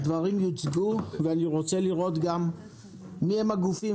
הדברים יוצגו ואני רוצה להבין מיהם הגופים